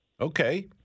Okay